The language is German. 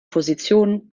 position